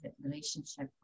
relationship